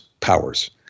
powers